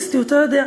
"בלסטיותיה ידע".